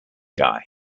guy